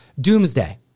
Doomsday